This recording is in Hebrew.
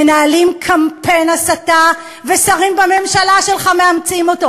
מנהלים קמפיין הסתה ושרים בממשלה שלך מאמצים אותו.